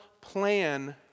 plan